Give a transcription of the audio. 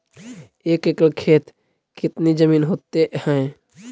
एक एकड़ खेत कितनी जमीन होते हैं?